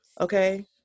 Okay